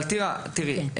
טירה, תראי.